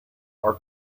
our